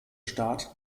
staat